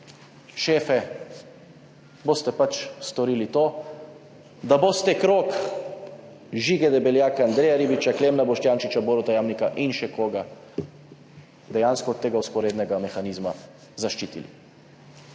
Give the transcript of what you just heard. šefe, boste pač storili to, da boste krog Žige Debeljaka, Andreja Ribiča, Klemna Boštjančiča, Boruta Jamnika in še koga, dejansko zaščitili tega vzporednega mehanizma.